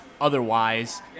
otherwise